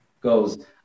goes